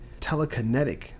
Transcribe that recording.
telekinetic